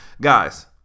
Guys